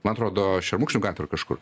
man atrodo šermukšnių gatvėj ar kažkur